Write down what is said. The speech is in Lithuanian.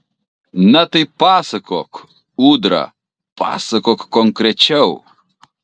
na tai pasakok ūdra pasakok konkrečiau